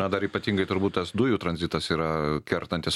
na dar ypatingai turbūt tas dujų tranzitas yra kertantis